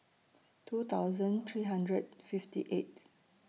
two thousand three hundred fifty eighth